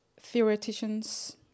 theoreticians